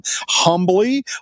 humbly